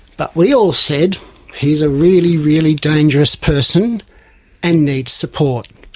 but we all said he is a really, really dangerous person and needs support.